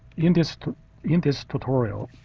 in this in this tutorial,